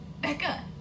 Becca